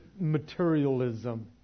Materialism